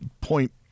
point